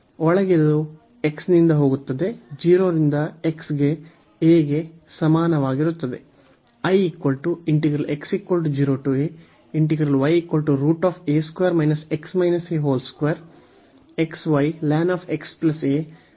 ಒಳಗಿನದು x ನಿಂದ ಹೋಗುತ್ತದೆ 0 ರಿಂದ x ಗೆ a ಗೆ ಸಮಾನವಾಗಿರುತ್ತದೆ